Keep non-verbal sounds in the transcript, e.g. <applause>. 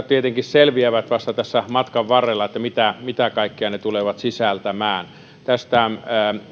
<unintelligible> tietenkin selviää vasta tässä matkan varrella mitä mitä kaikkea ne tulevat sisältämään näistä